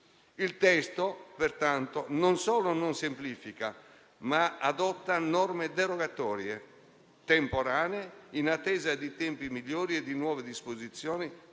Il testo, pertanto, non solo non semplifica, ma adotta norme derogatorie e temporanee, in attesa di tempi migliori e di nuove disposizioni